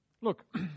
Look